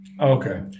Okay